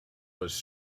was